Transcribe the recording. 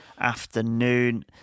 Afternoon